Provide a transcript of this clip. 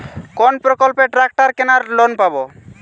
কোন প্রকল্পে ট্রাকটার কেনার লোন পাব?